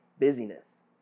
busyness